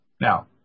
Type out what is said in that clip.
Now